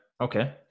okay